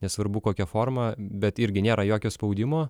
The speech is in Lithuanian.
nesvarbu kokia forma bet irgi nėra jokio spaudimo